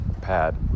pad